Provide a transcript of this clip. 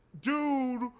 dude